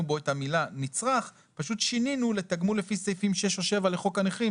בו את המילה נצרך פשוט שינינו לתגמול לפי סעיף 6 או 7 לחוק הנכים,